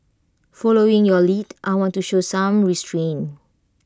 following your lead I want to show some restraint